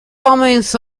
homens